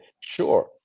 sure